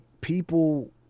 people